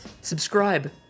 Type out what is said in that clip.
Subscribe